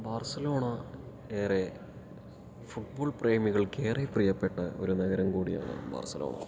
Barcelona ഏറെ football പ്രേമികൾക്ക് ഏറെ പ്രിയപ്പെട്ട ഒരു നഗരം കൂടിയാണ് ബാർസലോണ